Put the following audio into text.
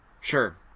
Sure